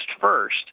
first